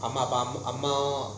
அம்மா அப்பா அம்மாவும்:amma appa ammavum